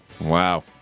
Wow